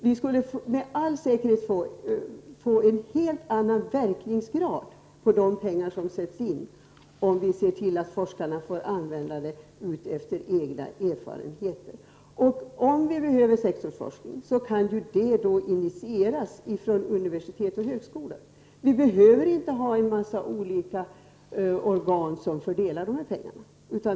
Om vi ser till att forskarna får använda pengarna utifrån deras erfarenheter, skulle vi med all sannolikhet få en helt annan verkningsgrad på de pengar som sätts in. Om det behövs sektorsforskning, kan detta då initieras från universitet och högskolor. Det behövs inte en massa olika organ som fördelar dessa pengar.